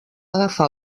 agafar